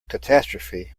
catastrophe